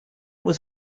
was